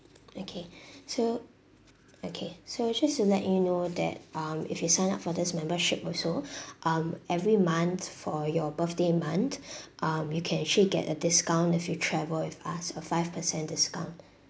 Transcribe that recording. okay so okay so just to let you know that um if you sign up for this membership also um every month for your birthday month um you can actually get a discount if you travel with us a five percent discount